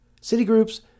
Citigroup's